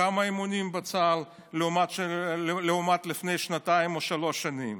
מה האימונים בצה"ל לעומת לפני שנתיים או שלוש שנים?